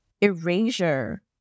erasure